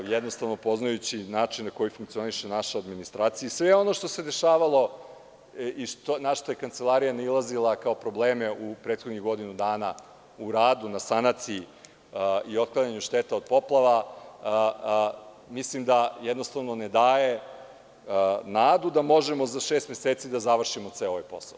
Jednostavno, poznajući način na koji funkcioniše naša administracija i sve ono što se dešavalo i na šta je Kancelarija nailazila kao probleme u prethodnih godinu dana u radu na sanaciji i otklanjanju šteta od poplava, mislim da jednostavno ne daje nadu da možemo za šest meseci da završimo ceo ovaj posao.